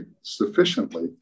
sufficiently